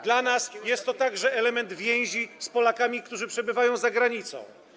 Dla nas jest to także element więzi z Polakami, którzy przebywają za granicą.